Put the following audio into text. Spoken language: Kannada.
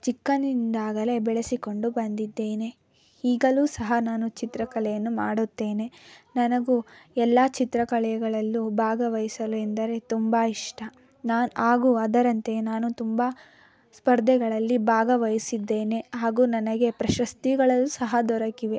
ಚಿಕ್ಕಂದಿನಿಂದಾಗಲೇ ಬೆಳೆಸಿಕೊಂಡು ಬಂದಿದ್ದೇನೆ ಈಗಲೂ ಸಹ ನಾನು ಚಿತ್ರಕಲೆಯನ್ನು ಮಾಡುತ್ತೇನೆ ನನಗೂ ಎಲ್ಲ ಚಿತ್ರಕಲೆಗಳಲ್ಲೂ ಭಾಗವಯಿಸಲು ಎಂದರೆ ತುಂಬ ಇಷ್ಟ ನಾನು ಹಾಗೂ ಅದರಂತೆಯೇ ನಾನು ತುಂಬ ಸ್ಪರ್ಧೆಗಳಲ್ಲಿ ಭಾಗವಯಿಸಿದ್ದೇನೆ ಹಾಗು ನನಗೆ ಪ್ರಶಸ್ತಿಗಳು ಸಹ ದೊರಕಿವೆ